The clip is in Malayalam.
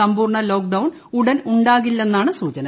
സമ്പൂർണ്ണ ലോക്ഡൌൺ ഉടൻ ഉണ്ടാകില്ലെന്നാണ് സൂചന